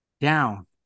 Down